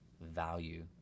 value